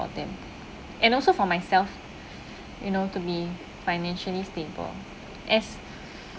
and also for myself you know to be financially stable as